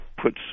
puts